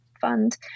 fund